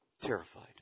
terrified